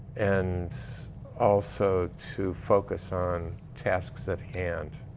and also to focus on tasks at hand.